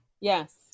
Yes